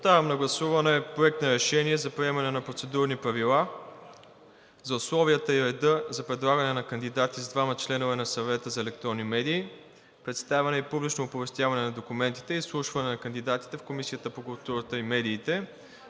Поставям на гласуване Проекта на решение за приемане на процедурни правила за условията и реда за предлагане на кандидати за двама членове на Съвета за електронни медии, представяне и публично оповестяване на документите, изслушване на кандидатите в Комисията по културата и медиите,